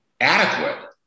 adequate